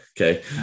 Okay